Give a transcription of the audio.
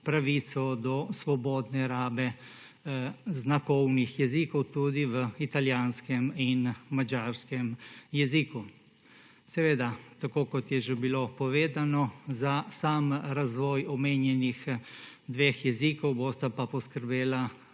pravico do svobodne rabe znakovnih jezikov tudi v italijanskem in madžarskem jeziku. Seveda, tako kot je že bilo povedano, za sam razvoj omenjenih dveh jezikov bosta pa poskrbeli